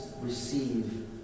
receive